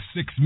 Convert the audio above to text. Six